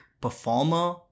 performer